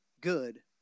good